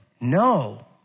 No